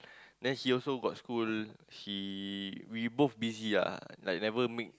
then she also got school she we both busy ah like never make